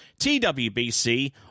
TWBC